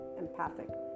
empathic